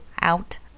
out